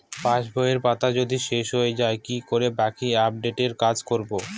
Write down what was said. পাসবইয়ের পাতা যদি শেষ হয়ে য়ায় কি করে বাকী আপডেটের কাজ করব?